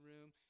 room